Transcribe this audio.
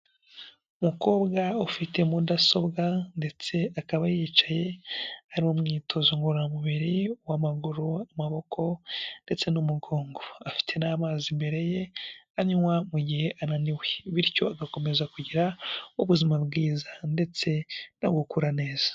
Umukobwa ufite mudasobwa ndetse akaba yicaye ari umwitozo ngororamubiri w'amaguru amaboko ndetse n'umugongo, afite n'amazi imbere ye anywa mu gihe ananiwe bityo agakomeza kugira ubuzima bwiza ndetse no gukura neza.